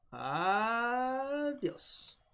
Adios